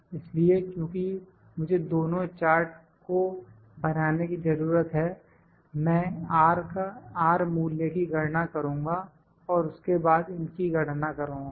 इसलिए क्योंकि मुझे दोनों चार्ट को बनाने की जरूरत है मैं R मूल्य की गणना करूँगा और उसके बाद इनकी गणना करूँगा